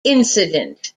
incident